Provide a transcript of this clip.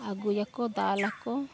ᱟᱹᱜᱩᱭᱟᱠᱚ ᱫᱟᱞᱟᱠᱚ